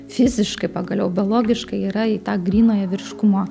fiziškai pagaliau biologiškai yra į tą grynąją vyriškumo